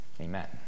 Amen